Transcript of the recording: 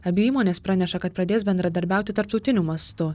abi įmonės praneša kad pradės bendradarbiauti tarptautiniu mastu